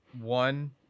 one